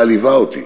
מעליבה אותי.